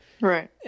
Right